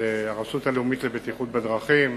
לרשות הלאומית לבטיחות בדרכים,